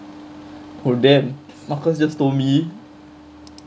oh damn marcus just told me